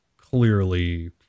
clearly